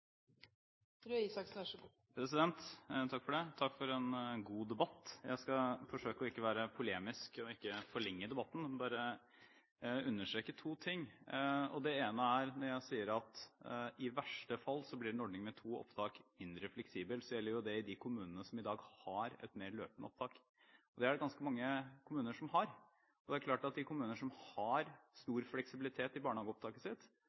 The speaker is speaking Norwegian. for en god debatt. Jeg skal forsøke ikke å være polemisk og ikke forlenge debatten. Jeg vil bare understreke to ting. Det ene er: Når jeg sier at i verste fall blir en ordning med to opptak mindre fleksibel, gjelder det i de kommunene som i dag har et mer løpende opptak. Det er det ganske mange kommuner som har. Det er klart at i de kommunene der det er stort fleksibilitet med hensyn til barnehageopptak, vil en ordning med to opptak i